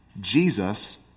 Jesus